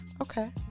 Okay